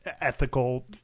ethical